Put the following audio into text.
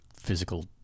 physical